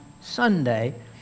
Sunday